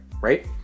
right